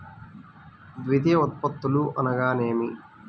ద్వితీయ ఉత్పత్తులు అనగా నేమి?